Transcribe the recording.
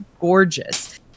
gorgeous